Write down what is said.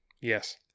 yes